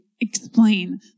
explain